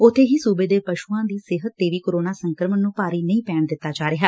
ਉਬੇ ਸੂਬੇ ਦੇ ਪਸੂਆਂ ਦੀ ਸਿਹਤ ਤੇ ਵੀ ਕੋਰੋਨਾ ਸੰਕਰਮਣ ਨੂੰ ਭਾਰੀ ਨਹੀ ਪੈਣ ਦਿੱਤਾ ਜਾ ਰਿਹਾ